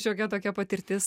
šiokia tokia patirtis